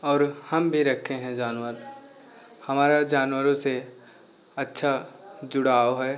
और हम भी रखे हैं जानवर हमारा जानवरों से अच्छा जुड़ाव है